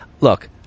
look